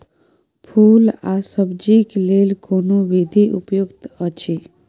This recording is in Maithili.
फूल आ सब्जीक लेल कोन विधी उपयुक्त अछि?